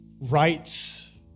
rights